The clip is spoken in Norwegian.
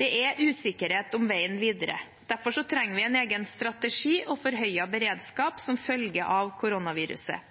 Det er usikkerhet om veien videre. Derfor trenger vi en egen strategi og forhøyet beredskap som følge av koronaviruset.